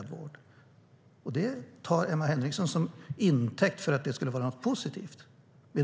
Det tar Emma Henriksson till intäkt för att detta skulle vara något positivt.